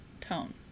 Tone